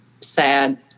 sad